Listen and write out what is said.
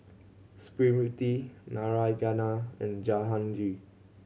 Smriti Narayana and Jahangir